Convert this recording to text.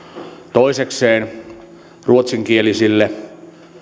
toisekseen ruotsinkielisille